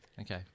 Okay